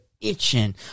itching